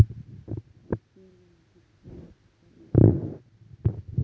Offshore बँकेत कोण खाता उघडु शकता?